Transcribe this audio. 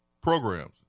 programs